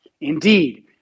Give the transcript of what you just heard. Indeed